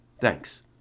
thanks